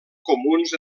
comuns